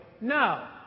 No